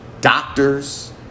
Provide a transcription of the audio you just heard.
doctors